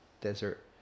desert